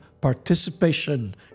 participation